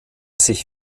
sich